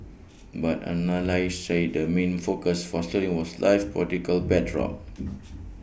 but analysts said the main focus for sterling was life political backdrop